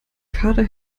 kader